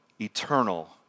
eternal